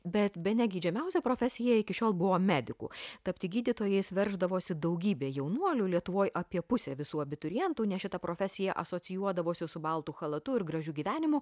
bet bene geidžiamiausia profesija iki šiol buvo medikų tapti gydytojais verždavosi daugybė jaunuolių lietuvoj apie pusė visų abiturientų nes šita profesija asocijuodavosi su baltu chalatu ir gražiu gyvenimu